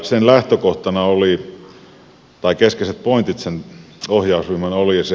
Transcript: sen ohjausryhmän keskeiset pointit olivat